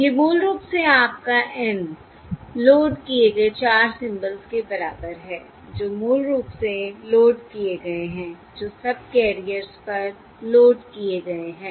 ये मूल रूप से आपका N लोड किए गए 4 सिंबल्स के बराबर हैं जो मूल रूप से लोड किए गए हैं जो सबकैरियर्स पर लोड किए गए हैं